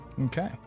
Okay